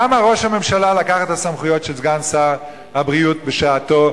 למה ראש הממשלה לקח את הסמכויות של סגן שר הבריאות בשעתו,